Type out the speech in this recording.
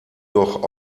doch